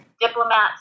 diplomats